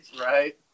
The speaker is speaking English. right